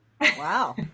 Wow